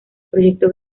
proyecto